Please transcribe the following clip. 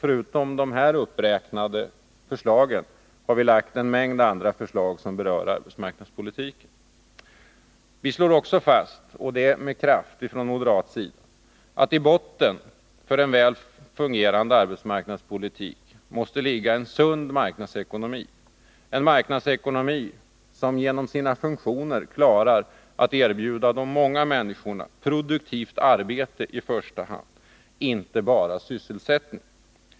Förutom de här uppräknade förslagen har vi presenterat en mängd andra förslag som berör arbetsmarknadspolitiken. Vi slår också fast med kraft att i botten för en väl fungerande arbetsmarknadspolitik måste ligga en sund marknadsekonomi, som genom sina funktioner klarar att erbjuda de många människorna produktivt arbete i första hand, inte bara sysselsättning.